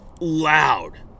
loud